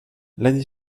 l’année